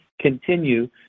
continue